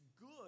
good